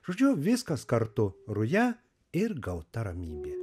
žodžiu viskas kartu ruja ir gauta ramybė